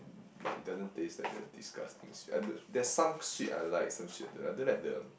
but it doesn't taste like the disgusting sweet I don't there's some sweet I like some sweet I like I don't like the